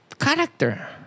character